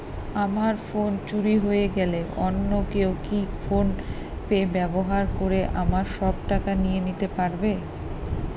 আমার ফোন চুরি হয়ে গেলে অন্য কেউ কি ফোন পে ব্যবহার করে আমার সব টাকা নিয়ে নিতে পারবে?